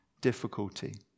difficulty